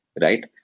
right